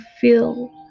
feel